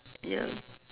ya